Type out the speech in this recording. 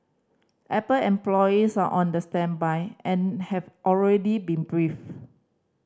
apple employees are on the standby and have already been briefed